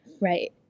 Right